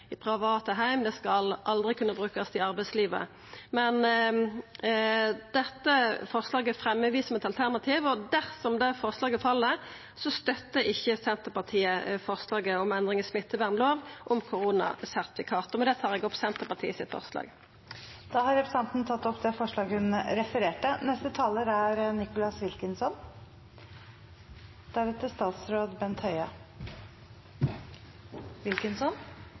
i private heimar, og det skal aldri kunna brukast i arbeidslivet. Dette forslaget fremjar me som eit alternativ. Dersom det forslaget fell, støttar ikkje Senterpartiet forslaget om endring i smittevernlova om koronasertifikat. Med det tar eg opp Senterpartiets forslag. Representanten Kjersti Toppe har tatt opp det forslaget hun refererte til. Denne loven gir regjeringen store fullmakter. SV er